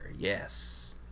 Yes